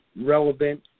relevant